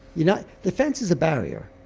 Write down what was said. you know the fence is a barrier,